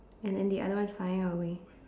and then the other one flying away